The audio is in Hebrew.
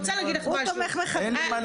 הוא תומך מחבלים.